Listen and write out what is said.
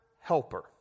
helper